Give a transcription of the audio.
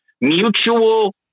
Mutual